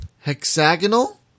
hexagonal